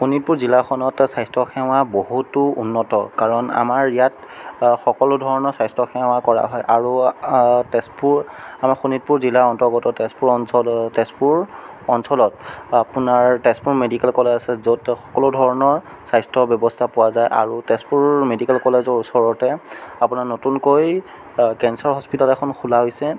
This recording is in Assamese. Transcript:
শোণিতপুৰ জিলাখনত স্বাস্থ্যসেৱা বহুতো উন্নত কাৰণ আমাৰ ইয়াত সকলো ধৰণৰ স্বাস্থ্যসেৱা কৰা হয় আৰু তেজপুৰ শোণিতপুৰ জিলাৰ অন্তৰ্গত তেজপুৰ অঞ্চলত তেজপুৰ অঞ্চলত আপোনাৰ তেজপুৰ মেডিকেল কলেজ আছে য'ত সকলো ধৰণৰ স্বাস্থ্য ব্যৱস্থা পোৱা যায় আৰু তেজপুৰ মেডিকেল কলেজৰ ওচৰতে আপোনাৰ নতুনকৈ কেঞ্চাৰ হস্পিতেল এখন খোলা হৈছে